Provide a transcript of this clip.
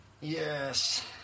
Yes